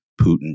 Putin